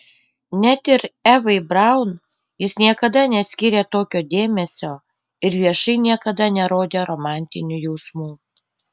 net ir evai braun jis niekada neskyrė tokio dėmesio ir viešai niekada nerodė romantinių jausmų